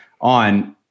on